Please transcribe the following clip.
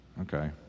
Okay